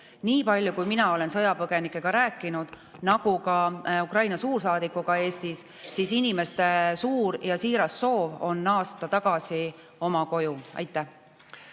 Nii palju kui mina olen sõjapõgenikega rääkinud ja ka Ukraina suursaadikuga Eestis, inimeste suur ja siiras soov on naasta oma koju. On